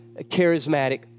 charismatic